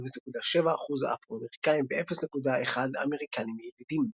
0.7% אפרו-אמריקאים ו-0.1% אמריקנים ילידים.